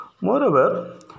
Moreover